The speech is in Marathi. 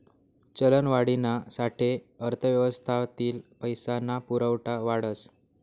चलनवाढीना साठे अर्थव्यवस्थातील पैसा ना पुरवठा वाढस